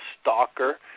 stalker